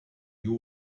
you